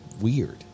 weird